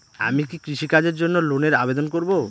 আমি কি কৃষিকাজের জন্য লোনের আবেদন করব?